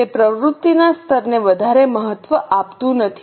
તે પ્રવૃત્તિના સ્તરને વધારે મહત્વ આપતું નથી